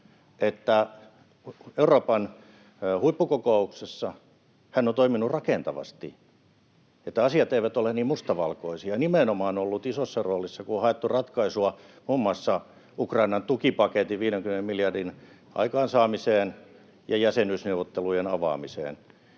Euroopan huippukokouksessa hän on toiminut rakentavasti, että asiat eivät ole niin mustavalkoisia, nimenomaan ollut isossa roolissa, kun on haettu ratkaisua muun muassa Ukrainan 50 miljardin tukipaketin aikaansaamiseen ja jäsenyysneuvottelujen avaamiseen.